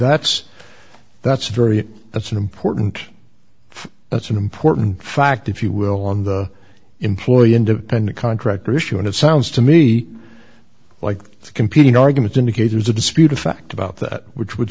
that's that's very that's an important that's an important fact if you will on the employee independent contractor issue and it sounds to me like the competing arguments indicators a disputed fact about that which would